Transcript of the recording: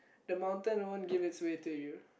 the mountain won't give its way to you